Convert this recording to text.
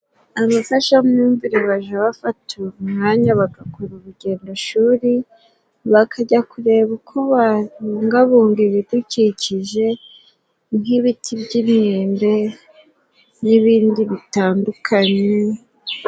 Abafashamyumvire baja bafata umwanya bagakora urugendoshuri, bakajya kureba uko babungabunga ibidukikije, nk'ibiti by'imyembe, n'ibindi bitandukanye...